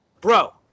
bro